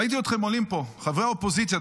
ראיתי אתכם עולים לפה, חברי האופוזיציה.